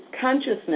Consciousness